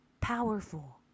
Powerful